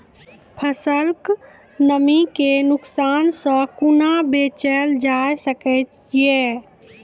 फसलक नमी के नुकसान सॅ कुना बचैल जाय सकै ये?